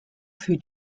für